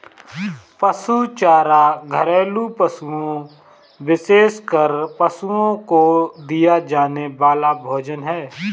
पशु चारा घरेलू पशुओं, विशेषकर पशुओं को दिया जाने वाला भोजन है